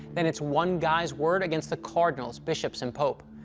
then it's one guy's word against the cardinals, bishops, and pope.